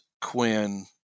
Quinn